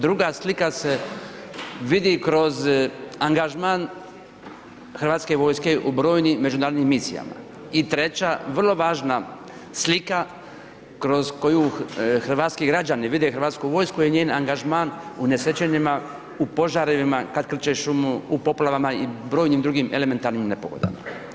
Druga slika se vidi kroz angažman Hrvatske vojske u brojnim međunarodnim misijama i treća vrlo važna slika kroz koju hrvatski građani vide Hrvatsku vojsku je njen angažman unesrećenima u požarevima, kad krče šumu, u poplavama i brojnim drugim elementarnim nepogodama.